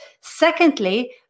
Secondly